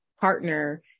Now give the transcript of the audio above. partner